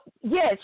yes